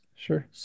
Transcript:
Sure